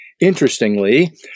interestingly